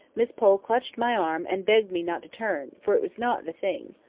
miss pole clutched my arm, and begged me not to turn, for it was not the thing.